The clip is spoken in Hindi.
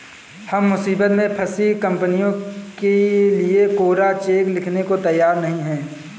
हम मुसीबत में फंसी कंपनियों के लिए कोरा चेक लिखने को तैयार नहीं हैं